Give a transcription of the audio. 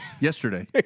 yesterday